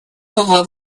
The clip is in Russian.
два